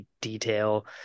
detail